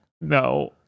No